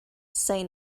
say